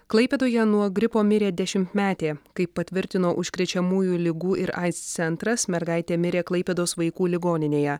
klaipėdoje nuo gripo mirė dešimtmetė kaip patvirtino užkrečiamųjų ligų ir aids centras mergaitė mirė klaipėdos vaikų ligoninėje